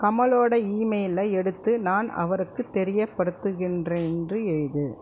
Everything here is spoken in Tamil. கமலோட இமெயிலை எடுத்து நான் அவருக்கு தெரியப்படுத்துகின்றேன் என்று எழுது